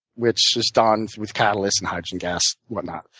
which is done with catalysts and hydrogen gas, whatnot.